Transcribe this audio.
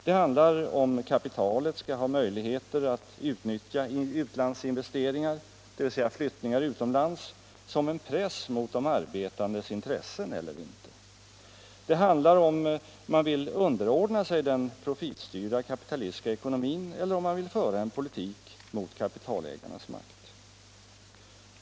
Det handlar om huruvida kapitalet skall ha möjlighet att utnyttja utlandsinvesteringar — flyttningar utomlands — som en press mot de arbetandes intressen, om man vill underordna sig den profitstyrda kapitalistiska ekonomin eller om man vill föra en politik mot kapitalägarnas makt.